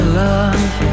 love